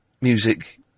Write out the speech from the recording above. music